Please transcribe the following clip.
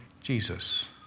Jesus